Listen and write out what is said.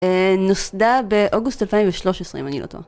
נוסדה באוגוסט 2013,אם אני לא טועה.